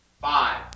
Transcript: Five